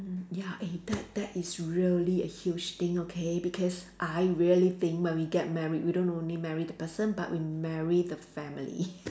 ya eh that that is really a huge thing okay because I really think when we get married you don't only marry the person but we marry the family